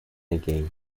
again